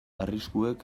arriskuek